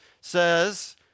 says